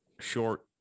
short